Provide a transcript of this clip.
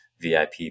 VIP